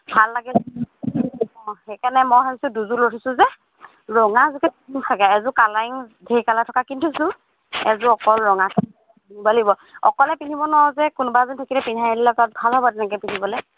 ভাল লাগে অঁ সেইকাৰণে মই ভাবিছোঁ দুযোৰ লৈ থৈছোঁ যে ৰঙাযোৰকে পিন্ধিম চাগে এযোৰ কালাৰিং ঢেৰ কালাৰ থকা কিনি থৈছোঁ এযোৰ অকল ৰঙা কিনিব লাগিব অকলে পিন্ধিব নোৱাৰো যে কোনোবা এজনী থাকিলে পিন্ধাই দিলে তাত ভাল হ'ব তেনেকৈ পিন্ধিবলৈ